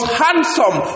handsome